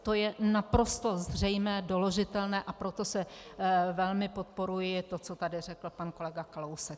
To je naprosto zřejmé, doložitelné, a proto velmi podporuji to, co tady řekl pan kolega Kalousek.